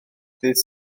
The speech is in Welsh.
ddydd